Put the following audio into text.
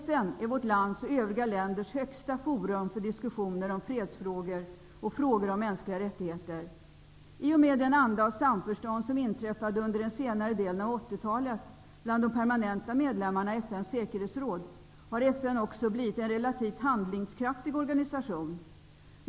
FN är vårt lands och övriga länders högsta forum för diskussioner när det gäller fredsfrågor och frågor om mänskliga rättigheter. I och med den anda av samförstånd som inträffade under den senare delen av 80-talet bland de permanenta medlemmarna i FN:s säkerhetsråd har FN även blivit en relativt handlingskraftig organisation.